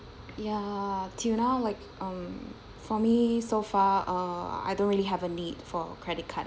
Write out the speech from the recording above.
ya till now like um for me so far uh I don't really have a need for credit card